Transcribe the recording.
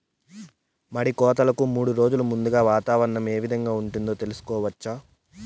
మడి కోతలకు మూడు రోజులు ముందుగా వాతావరణం ఏ విధంగా ఉంటుంది, తెలుసుకోవచ్చా?